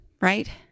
right